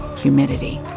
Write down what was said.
humidity